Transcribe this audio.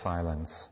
silence